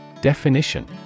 DEFINITION